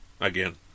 again